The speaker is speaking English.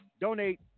donate